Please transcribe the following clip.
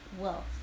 wealth